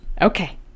Okay